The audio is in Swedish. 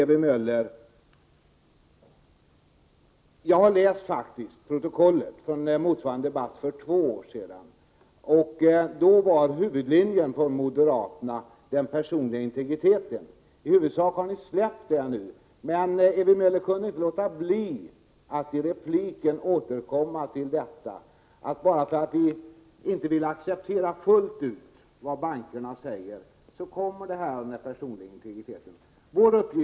Ewy Möller, jag har faktiskt läst protokollet från motsvarande debatt för två år sedan. Då var huvudlinjen för moderaterna den personliga integriteten. I huvudsak har ni släppt den linjen nu. Men Ewy Möller kunde inte låta bli att i sitt inlägg återkomma till det. Bara för att vi inte vill acceptera fullt ut vad bankerna säger kommer den personliga integriteten fram.